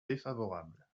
défavorable